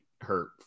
hurt